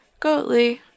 Goatly